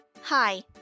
Hi